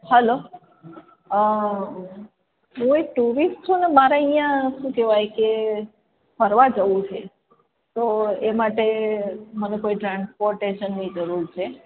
hello હુ એક tourist છું ને મારે અહીં શુ કહેવાય કે ફરવા જવુ છે તો એ માટે મને કોઈ ટ્રાન્સપોટેશનની જરૂર છે